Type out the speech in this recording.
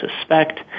suspect